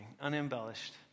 unembellished